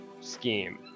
scheme